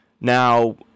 Now